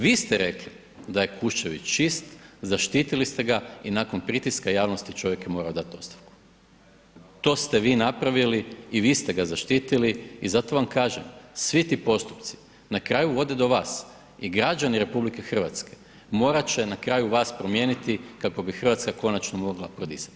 Vi ste rekli da je Kuščević čist, zaštitili ste ga i nakon pritiska javnosti čovjek je morao dati ostavku, to ste vi napravili i vi ste ga zaštitili i zato vam kažem, svi ti postupci na kraju vode do vas i građani RH morat će na kraju vas promijeniti kako bi RH konačno mogla prodisati.